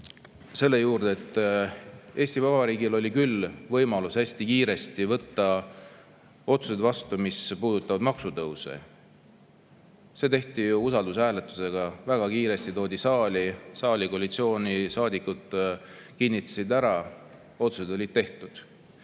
selle juurde, et Eesti Vabariigil oli küll võimalus hästi kiiresti võtta otsuseid vastu, mis puudutasid maksutõuse – see tehti ju usaldushääletusega, väga kiiresti toodi saali, koalitsioonisaadikud kinnitasid ära ja otsused olid tehtud